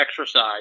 exercise